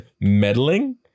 Meddling